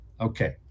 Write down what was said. Okay